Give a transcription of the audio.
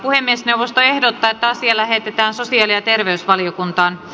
puhemiesneuvosto ehdottaa että asia lähetetään sosiaali ja terveysvaliokuntaan